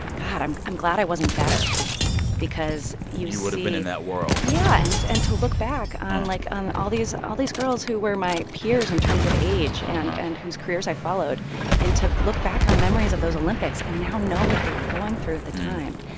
god, i'm i'm glad i wasn't better because you would've been in that world yeah. and and to look back on, like, all these all these girls who were my peers in terms of age and and whose careers i followed and to look back on memories of those olympics and now know what they were going through at the time,